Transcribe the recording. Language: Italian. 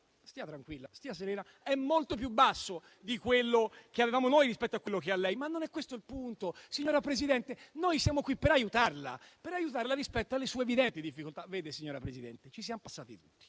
Stia tranquilla, stia serena: è molto più basso di quello che avevamo noi, ma non è questo il punto. Signora Presidente, noi siamo qui per aiutarla rispetto alle sue evidenti difficoltà. Vede, signora Presidente, ci siamo passati tutti: